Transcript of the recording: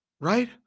right